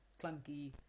clunky